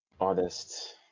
artist